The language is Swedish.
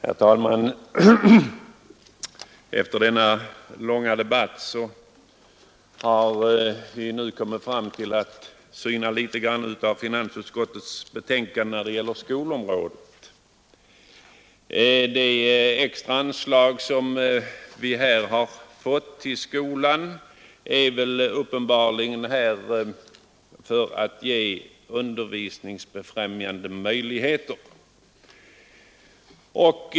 Herr talman! Efter denna långa debatt har vi nu kommit fram till att något litet granska finansutskottets betänkande när det gäller skolområdet. Det extra anslag som vi fått till skolan har uppenbarligen tillkommit för att ge undervisningsbefrämjande möjligheter.